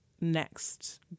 next